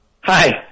Hi